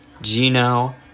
Gino